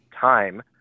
time